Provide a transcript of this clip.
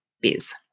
biz